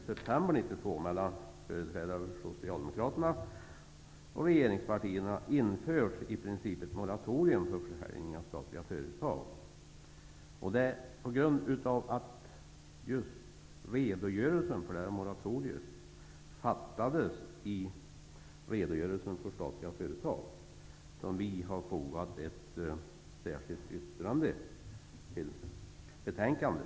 Socialdemokraterna och regeringspartierna införs i princip ett moratorium för försäljning av statliga företag. Det är just på grund av att överenskommelsen om moratoriet redovisas i redogörelsen för statliga företag som vi har fogat ett särskilt yttrande till betänkandet.